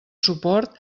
suport